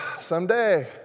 someday